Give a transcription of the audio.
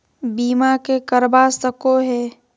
बीमा के करवा सको है?